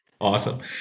Awesome